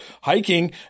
hiking